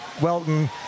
Welton